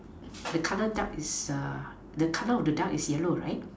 the colour duck is a the colour of the duck is yellow right